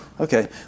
Okay